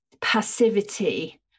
passivity